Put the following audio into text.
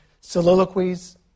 soliloquies